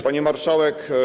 Pani Marszałek!